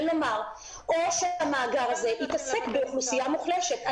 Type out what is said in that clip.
או שהמאגר הזה יתעסק באוכלוסייה מוחלשת.